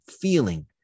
feeling